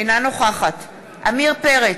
אינה נוכחת עמיר פרץ,